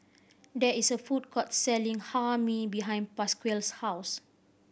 there is a food court selling Hae Mee behind Pasquale's house